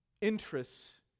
interests